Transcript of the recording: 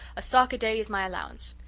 a sock a day is my allowance.